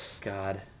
God